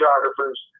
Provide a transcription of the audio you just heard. photographers